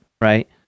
right